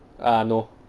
ah no